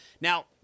Now